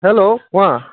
hello কোৱা